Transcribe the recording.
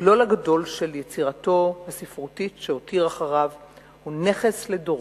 המכלול הגדול של יצירתו הספרותית שהותיר אחריו הוא נכס לדורות,